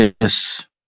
Yes